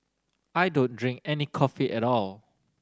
I don't drink any coffee at all